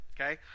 okay